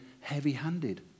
heavy-handed